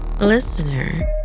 Listener